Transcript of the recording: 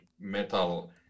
metal